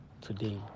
today